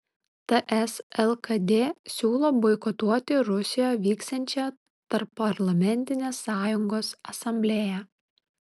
ts lkd siūlo boikotuoti rusijoje vyksiančią tarpparlamentinės sąjungos asamblėją